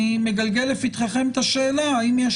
אני מגלגל לפתחיכם את השאלה האם יש